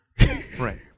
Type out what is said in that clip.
right